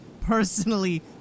personally